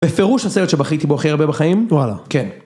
בפירוש הסרט שבכיתי בו הכי הרבה בחיים. וואלה. כן.